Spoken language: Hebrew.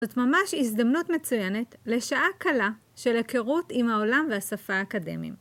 זאת ממש הזדמנות מצוינת לשעה קלה של היכרות עם העולם והשפה האקדמיים.